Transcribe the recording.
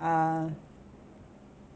uh